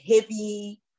heavy-